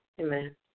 Amen